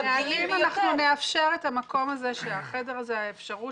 בנהלים אנחנו נאפשר את המקום הזה שתהיה אפשרות